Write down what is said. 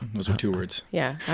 those are two words yeah,